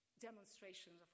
demonstrations